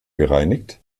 gereinigt